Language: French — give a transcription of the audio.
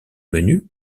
menu